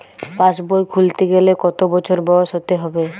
পাশবই খুলতে গেলে কত বছর বয়স হতে হবে?